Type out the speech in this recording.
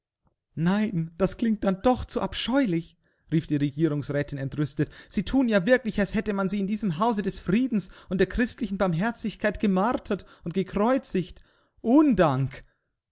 nein das klingt denn doch zu abscheulich rief die regierungsrätin entrüstet sie thun ja wirklich als hätte man sie in diesem hause des friedens und der christlichen barmherzigkeit gemartert und gekreuzigt undank